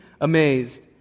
amazed